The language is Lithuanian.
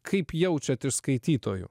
kaip jaučiat iš skaitytojų